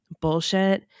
bullshit